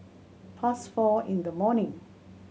past four in the morning